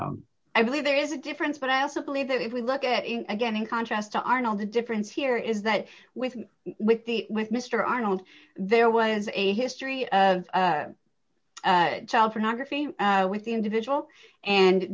europe i believe there is a difference but i also believe that if we look at it again in contrast to arnold the difference here is that with with the with mr arnold there was a history of child pornography with the individual and